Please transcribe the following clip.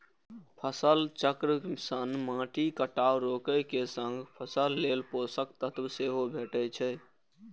फसल चक्र सं माटिक कटाव रोके के संग फसल लेल पोषक तत्व सेहो भेटै छै